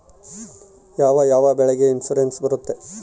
ಯಾವ ಯಾವ ಬೆಳೆಗೆ ಇನ್ಸುರೆನ್ಸ್ ಬರುತ್ತೆ?